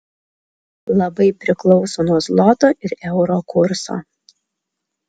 labai priklauso nuo zloto ir euro kurso